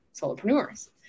solopreneurs